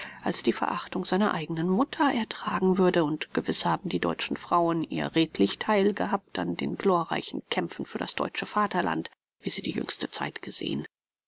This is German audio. als die verachtung seiner eignen mutter ertragen würde und gewiß haben die deutschen frauen ihr redlich theil gehabt an den glorreichen kämpfen für das deutsche vaterland wie sie die jüngste zeit gesehen